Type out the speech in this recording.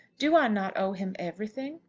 do i not owe him everything?